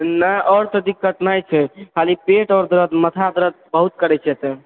नहि और तऽ दिक्कत नहि छै खाली पेट और दरद मथा दरद बहुत करै छै तऽ